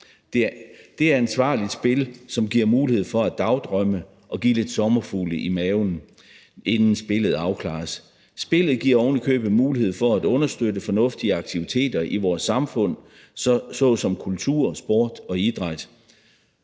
Dét er ansvarligt spil, som giver mulighed for at dagdrømme og kan give lidt sommerfugle i maven, inden spillet afgøres. Spillet giver ovenikøbet mulighed for at understøtte fornuftige aktiviteter i vores samfund såsom kultur, sport og idræt.